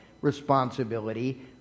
responsibility